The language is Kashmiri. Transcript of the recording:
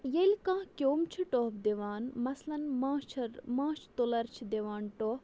ییٚلہِ کانٛہہ کیوٚم چھِ ٹوٚپھ دِوان مثلاً ماچھر ماچھ تُلَر چھِ دِوان ٹوٚپھ